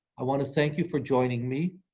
i want to thank you for joining me.